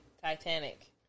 Titanic